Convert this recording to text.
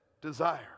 desire